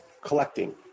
collecting